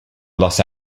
los